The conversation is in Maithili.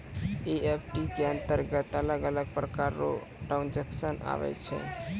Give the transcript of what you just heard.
ई.एफ.टी के अंतरगत अलग अलग प्रकार रो ट्रांजेक्शन आवै छै